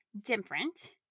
different